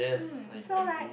um so like